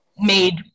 made